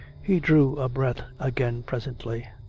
he drew a breath again presently,